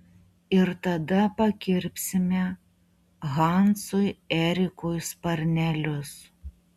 ir tada pakirpsime hansui erikui sparnelius